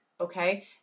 Okay